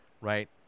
right